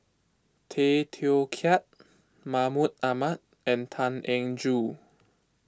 Tay Teow Kiat Mahmud Ahmad and Tan Eng Joo